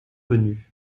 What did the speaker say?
venu